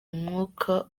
umwuka